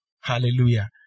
hallelujah